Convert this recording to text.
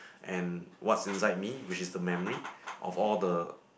and what's inside me which is the memory of all the